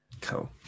Cool